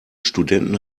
studenten